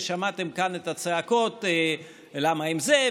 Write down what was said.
ושמעתם כאן את הצעקות: למה עם זה?